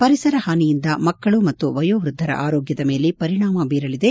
ಪರಿಸರ ಹಾನಿಯಿಂದ ಮಕ್ಕಳು ಮತ್ತು ವಯೋವ್ಯದ್ದರ ಮೇಲೆ ಪರಿಣಾಮ ಬೀರಲಿದೆ